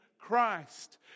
Christ